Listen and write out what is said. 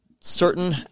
certain